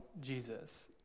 Jesus